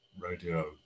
radio